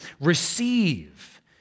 receive